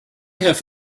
have